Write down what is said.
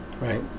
Right